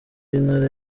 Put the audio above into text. w’intara